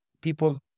people